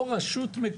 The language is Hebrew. או לחידוש,